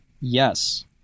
Yes